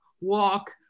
walk